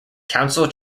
council